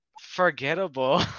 forgettable